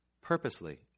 purposely